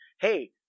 Hey